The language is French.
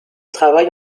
travaille